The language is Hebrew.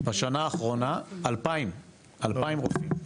בשנה האחרונה 2,000. 2,000 רופאים.